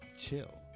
Chill